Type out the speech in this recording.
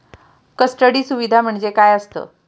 Custody सुविधा म्हणजे काय असतं?